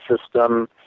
system